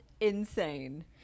insane